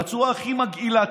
בצורה הכי מגעילה,